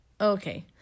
Okay